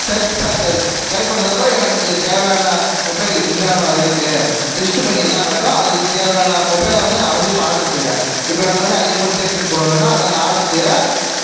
search பாரில் type பண்ணணிதுக்கு அப்புறம் எனக்குத் தேவையான மொபைல் என்னென்னா இருக்குது லிஸ்ட்டு பண்ணி எல்லாம் காட்டும் அதுக்குத் தேவையான மொபைலை வந்து நான் வந்து இப்போ ஆட்ரு செய்கிறேன் இப்போ எனக்கு வந்து ஐ ஃபோன் தேர்ட்டின் ப்ரோ வேணுன்னால் அதை நான் ஆட்ரு செய்கிறேன்